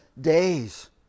days